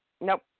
Nope